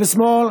ושמאל,